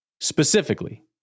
specifically